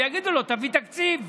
ויגידו לו: תביא תקציב.